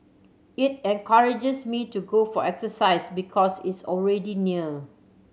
it encourages me to go for exercise because it's already near